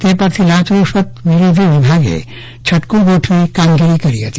તે અરજી લાંચ રૂશ્વત વિરોધી વિભાગે છટકુ ગોઠવી કામગીરી કરી હતી